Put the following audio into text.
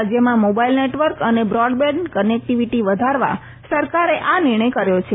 રાજયમાં mobile network અને broadband connectivity વધારવા સરકારે આ નિર્ણય કર્યો છે